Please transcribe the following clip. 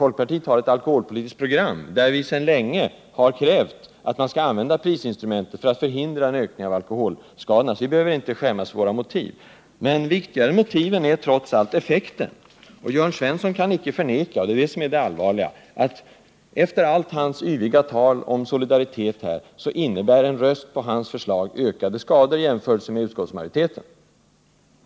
Folkpartiet har ett alkoholpolitiskt program, där vi sedan länge har krävt att man skall använda prisinstrumentet för att förhindra en ökning av alkoholskadorna, så vi behöver inte skämmas för våra motiv. Men viktigare än motiven är trots allt effekten, och Jörn Svensson kan icke förneka — och det är det allvarliga — att trots hans yviga tal om solidaritet innebär hans förslag ökade skador i jämförelse med utskottsmajoritetens.